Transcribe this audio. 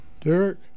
Derek